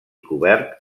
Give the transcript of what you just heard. cobert